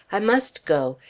i must go.